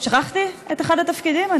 שכחתי את אחד התפקידים?